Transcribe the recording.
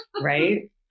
Right